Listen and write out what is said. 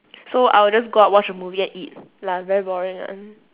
so I would just go out watch a movie and eat lah very boring [one]